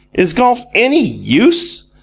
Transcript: is golf any use?